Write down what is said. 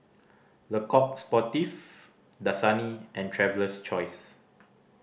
Le Coq Sportif Dasani and Traveler's Choice